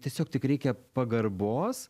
tiesiog tik reikia pagarbos